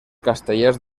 castellers